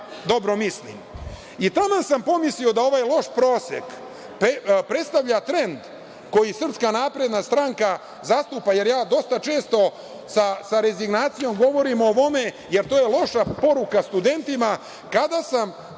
sam pomislio da ovaj loš prosek predstavlja trend koji SNS zastupa jer ja dosta često sa rezignacijom govorim o ovome, jer to je loša poruka studentima, kada sam